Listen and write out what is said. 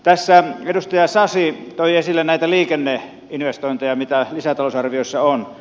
tässä edustaja sasi toi esille näitä liikenneinvestointeja joita lisätalousarviossa on